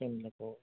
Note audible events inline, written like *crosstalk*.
*unintelligible*